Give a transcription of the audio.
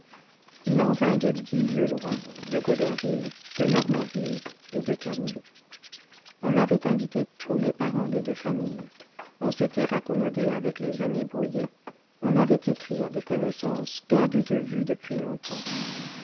il en vint de dix lieues loin de goderville de normanville et de cany on avait invité tous les parents des deux familles on s'était raccommodé avec les amis brouillés on avait écrit à des connaissances perdues de vue depuis longtemps